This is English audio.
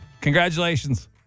Congratulations